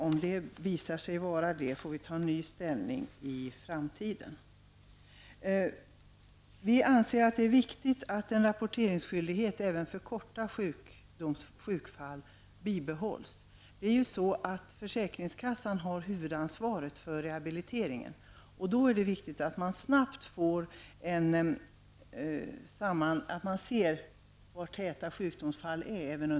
Om så visar sig bli fallet, får vi ta ny ställning i framtiden. Vi anser att det är viktigt att en rapporteringsskyldighet bibehålls även för korta sjukperioder. Försäkringskassan har huvudansvaret för rehabiliteringen, och då är det viktigt att man snabbt kan se var det förekommer täta sjukdomsfall.